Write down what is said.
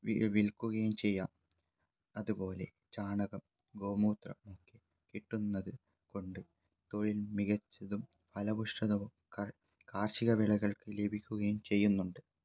വിൽക്കുകയും ചെയ്യാം അതുപോലെ ചാണകം ഗോമൂത്രമൊക്കെ കിട്ടുന്നത് കൊണ്ട് തൊഴിൽ മികച്ചതും ഫലഭൂയിഷ്ടത കാ കാർഷിക വിളകൾക്ക് ലഭിക്കുകയും ചെയ്യുന്നുണ്ട്